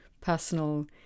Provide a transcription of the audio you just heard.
personal